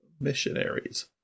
missionaries